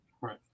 Right